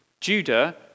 Judah